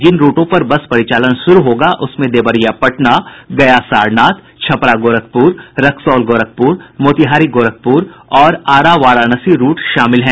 जिन रूटो पर बस परिचालन शुरू होगा उसमें देवरिया पटना गया सारनाथ छपरा गोरखपुर रक्सौल गोरखपुर मोतिहारी गोरखपुर और आरा वाराणसी रूट शामिल हैं